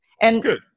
Good